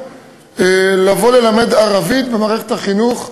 לבוא ללמד ערבית במערכת החינוך באילת.